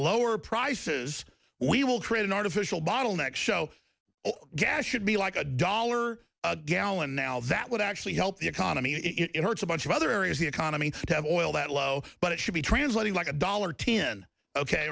lower prices we will create an artificial bottleneck show gas should be like a dollar a gallon now that would actually help the economy it hurts a bunch of other areas the economy to have oil that low but it should be translating like a dollar tin ok